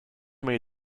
made